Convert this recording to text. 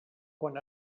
quan